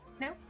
No